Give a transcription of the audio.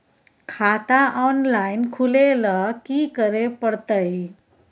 खाता ऑनलाइन खुले ल की करे परतै?